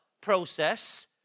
process